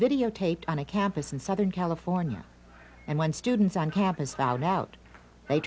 videotaped on a campus in southern california and when students on campus found out they